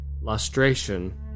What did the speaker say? lustration